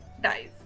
dies